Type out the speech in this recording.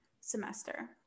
semester